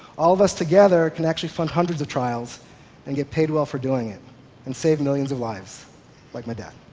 all of us together can actually fund hundreds of trials and get paid well for doing it and save millions of lives like my dad.